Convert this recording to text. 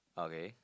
okay